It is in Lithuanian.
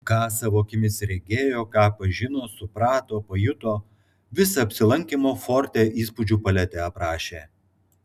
ką savo akimis regėjo ką pažino suprato pajuto visą apsilankymo forte įspūdžių paletę aprašė